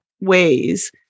ways